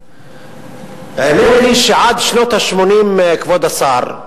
האמת היא שעד שנות ה-80, כבוד השר,